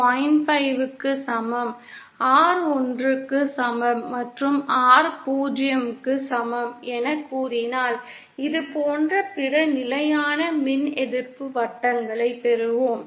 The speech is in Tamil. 5 க்கு சமம் R 1 க்கு சமம் மற்றும் R 0 க்கு சமம் எனக் கூறினால் இது போன்ற பிற நிலையான மின் எதிர்ப்பு வட்டங்களைப் பெறுவோம்